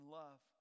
love